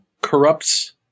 corrupts